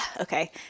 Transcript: Okay